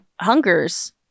hungers